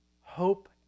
hope